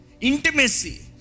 Intimacy